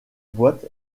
boîte